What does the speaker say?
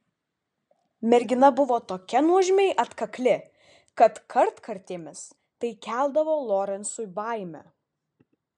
mergina buvo tokia nuožmiai atkakli kad kartkartėmis tai keldavo lorencui baimę